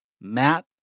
Matt